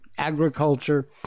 Agriculture